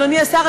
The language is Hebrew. אדוני השר,